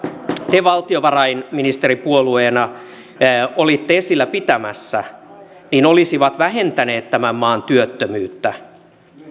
te valtiovarainministeripuolueena olitte esillä pitämässä olisivat vähentäneet tämän maan työttömyyttä